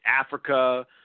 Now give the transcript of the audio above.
Africa